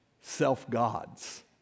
Self-gods